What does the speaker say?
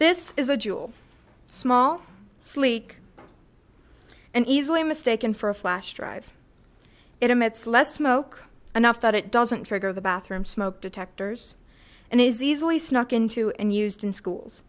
this is a jewel small sleek and easily mistaken for a flash drive it emits less smoke enough that it doesn't trigger the bathroom smoke detectors and is easily snuck into and used in schools